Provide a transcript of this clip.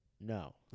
No